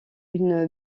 une